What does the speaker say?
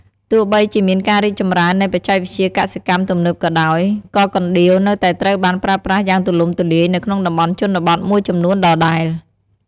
ទោះបីជាមានការរីកចម្រើននៃបច្ចេកវិទ្យាកសិកម្មទំនើបក៏ដោយ ក៏កណ្ដៀវនៅតែត្រូវបានប្រើប្រាស់យ៉ាងទូលំទូលាយនៅក្នុងតំបន់ជនបទមួយចំនួនដដែល។